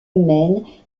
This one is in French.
humaines